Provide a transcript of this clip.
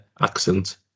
accent